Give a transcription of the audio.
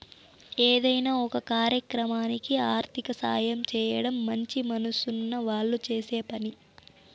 ఏదైనా ఒక కార్యక్రమానికి ఆర్థిక సాయం చేయడం మంచి మనసున్న వాళ్ళు చేసే పని